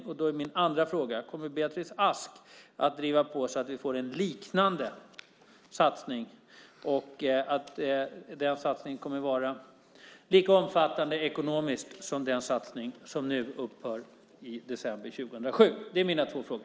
Då är min andra fråga: Kommer Beatrice Ask att driva på så att vi får en liknande satsning som kommer att vara lika omfattande ekonomiskt som den satsning som nu upphör i december 2007? Detta var mina två frågor.